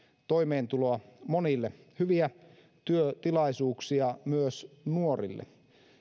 toimeentuloa monille hyviä työtilaisuuksia myös nuorille